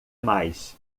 mais